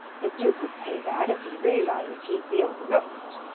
the duke would pay that if he realised he'd be overlooked.